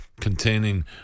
containing